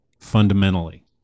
fundamentally